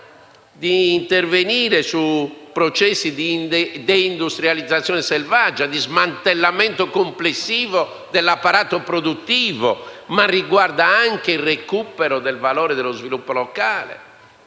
di intervenire su processi di deindustrializzazione selvaggia e di smantellamento complessivo dell'apparato produttivo, di recuperare il valore dello sviluppo locale